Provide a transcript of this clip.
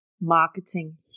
marketing